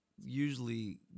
usually